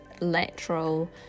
lateral